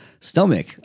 Stomach